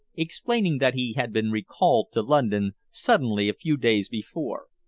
explaining that he had been recalled to london suddenly a few days before,